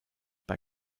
bei